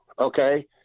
Okay